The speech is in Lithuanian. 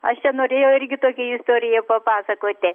aš čia norėjau irgi tokią istoriją papasakoti